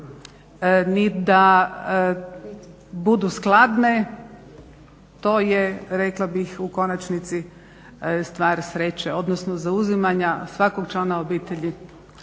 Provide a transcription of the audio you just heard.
ni da budu skladne. To je rekla bih u konačnici stvar sreće, odnosno zauzimanja svakog člana obitelji